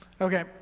Okay